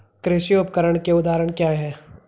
कृषि उपकरण के उदाहरण क्या हैं?